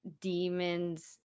demon's